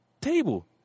table